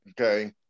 okay